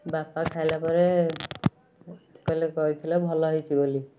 ବାପା ଖାଇଲା ପରେ ଖାଲି କହିଥିଲା ଭଲ ହେଇଛି ବୋଲି